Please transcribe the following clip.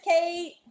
Kate